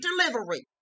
delivery